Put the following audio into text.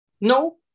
no